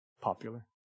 popular